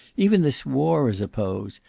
even this war is a pose.